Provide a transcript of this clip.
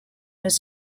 his